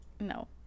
no